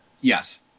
Yes